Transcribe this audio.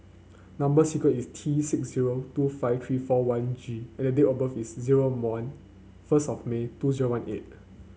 number sequence is T six zero two five three four one G and the date of birth is zero one first of May two zero one eight